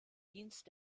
dienst